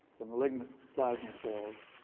the malignant plasma cells